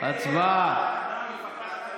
כן, בוועדת הפנים.